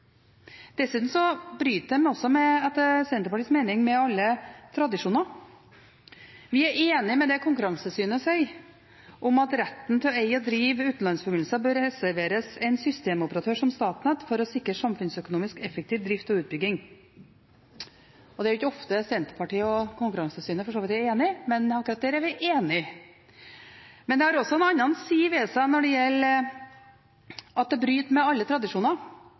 det etter Senterpartiets mening med alle tradisjoner. Vi er enig med det Konkurransetilsynet sier om at retten til å eie og drive utenlandsforbindelser bør reserveres en systemoperatør som Statnett for å sikre samfunnsøkonomisk effektiv drift og utbygging. Det er for så vidt ikke ofte Senterpartiet og Konkurransetilsynet er enige, men akkurat der er vi enige. Men det har også en annen side ved seg som gjelder at det bryter med alle tradisjoner,